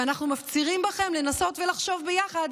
ואנחנו מפצירים בכם לנסות ולחשוב ביחד